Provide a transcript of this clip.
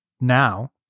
now